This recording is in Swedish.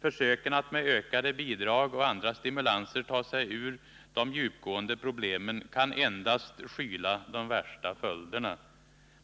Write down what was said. försöken att med ökade bidrag och andra stimulanser ta sig ur de djupgående problemen, kan endast skyla de värsta följderna.